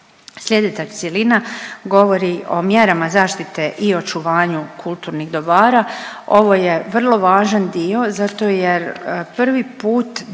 Slijedeća cjelina govori o mjerama zaštite i očuvanju kulturnih dobara, ovo je vrlo važan dio zato jer prvi put detaljno